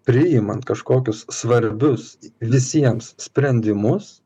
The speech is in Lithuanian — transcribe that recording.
priimant kažkokius svarbius visiems sprendimus